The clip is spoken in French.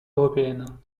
européenne